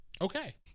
Okay